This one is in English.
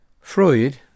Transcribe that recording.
Freud